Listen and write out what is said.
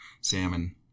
salmon